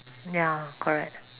ya correct